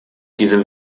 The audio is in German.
diesem